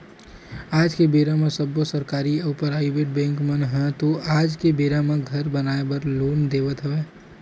आज के बेरा म सब्बो सरकारी अउ पराइबेट बेंक मन ह तो आज के बेरा म घर बनाए बर लोन देवत हवय